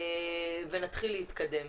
ונתחיל להתקדם.